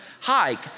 hike